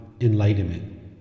enlightenment